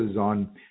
on